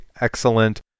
excellent